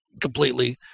completely